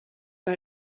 pas